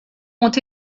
ont